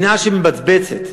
שנאה שמבצבצת,